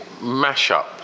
mashup